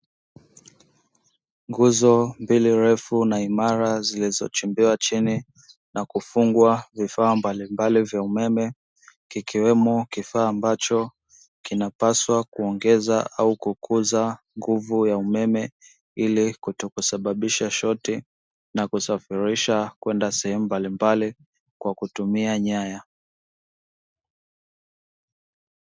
Nguzo mbili refu na imara zilizochimbiwa chini na kufungwa vifaa mbalimbali vya umeme, kikiwemo kifaa ambacho kinapaswa kuongeza au kukuza nguvu ya umeme ili kutokusababisha shoti na kusafirisha kwenda sehemu mbalimbali kwa kutumia nyaya.